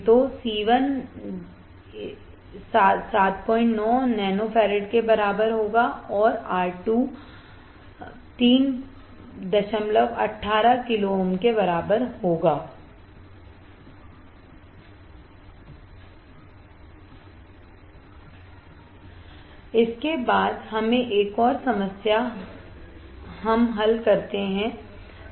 तो हम जानते हैं कि f बराबर है इसके बाद हमें एक और समस्या करने दें